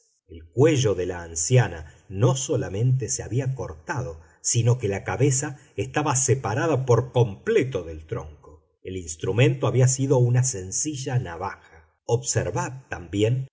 el cuello de la anciana no solamente se había cortado sino que la cabeza estaba separada por completo del tronco el instrumento había sido una sencilla navaja observad también